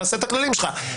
תעשה את הכללים שלך.